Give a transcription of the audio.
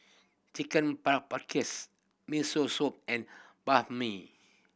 Chicken Miso Soup and Banh Mi